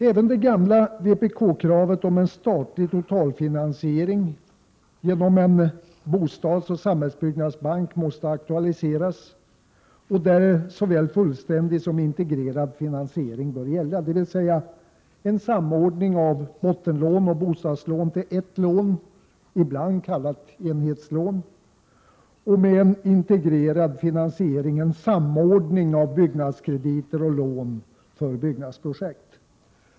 Även det gamla vpk-kravet om en statlig totalfinansiering genom en bostadsoch samhällsbyggnadsbank måste aktualiseras. Där bör såväl fullständig som integrerad finansiering gälla, dvs. en samordning bör ske av bottenlån och bostadslån till ett lån, ibland kallat enhetslån, och det bör ske en samordning av byggnadskrediter och lån för byggnadsprojekt.